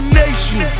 nation